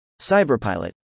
Cyberpilot